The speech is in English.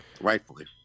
rightfully